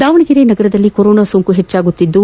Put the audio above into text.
ದಾವಣಗೆರೆ ನಗರದಲ್ಲಿ ಕೊರೋನಾ ಸೋಂಕು ಹೆಚ್ಚಾಗುತ್ತಿದ್ದು